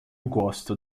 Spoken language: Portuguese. gosto